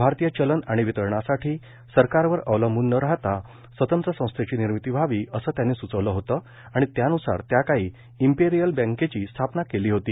भारतीय चलन आणि वितरणासाठी सरकारवर अवलंबून न राहता स्वतंत्र संस्थेची निर्मिती व्हावी असं त्यांनी सुचवलं होतं आणि त्यानुसार त्याकाळी इंपेरिअल बँकेची स्थापना केली होती